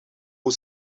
hoe